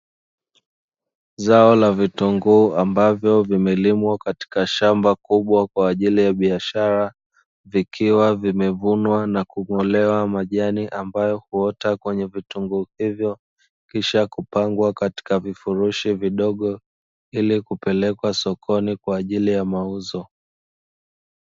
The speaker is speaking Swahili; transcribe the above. Zao la vitunguu ambavyo vimelimwa katika shamba kubwa kwa ajili ya biashara vikiwa vimevunwa na kung'olewa majani ambayo huota kwenye vitunguu hivyo, kisha kupangwa katika vifurushi vidogo, ili kupelekwa sokoni kwa ajili ya mauzo.